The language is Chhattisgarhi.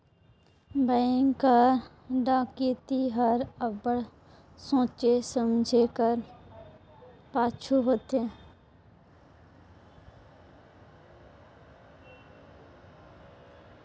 बेंक कर डकइती हर अब्बड़ सोंचे समुझे कर पाछू होथे